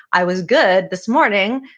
i was good this morning,